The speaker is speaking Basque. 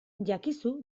jakizu